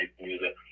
music